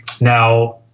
now